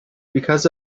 because